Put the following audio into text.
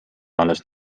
alles